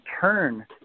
turn